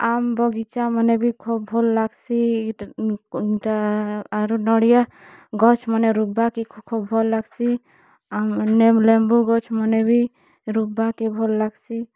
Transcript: ଆମ୍ବ୍ ବଗିଚା ମାନେ ବି ଖୋବ୍ ଭଲ୍ ଲାଗ୍ସି ଇ'ଟା ନଡ଼ିଆ ଗଛ୍ମାନେ ଋପ୍ବା କେ ଖୋବ୍ ଭଲ୍ ଲାଗ୍ସି ଆର୍ ଲେମ୍ବୁ ଗଛ୍ମାନେ ବି ଋପ୍ବାର୍ କେ ଭଲ୍ ଲାଗ୍ସି